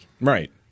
Right